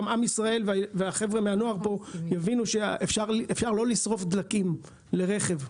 גם עם ישראל והחבר'ה מהנוער פה יבינו שאפשר לא לשרוף דלקים לרכב.